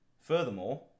Furthermore